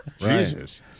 Jesus